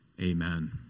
Amen